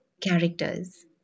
characters